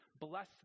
bless